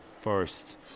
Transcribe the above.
first